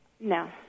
No